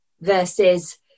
versus